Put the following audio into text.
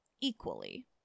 equally